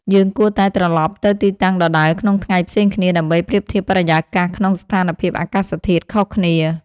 យើងគួរតែត្រលប់ទៅទីតាំងដដែលក្នុងថ្ងៃផ្សេងគ្នា ដើម្បីប្រៀបធៀបបរិយាកាសក្នុងស្ថានភាពអាកាសធាតុខុសគ្នា។